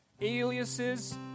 aliases